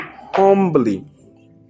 humbly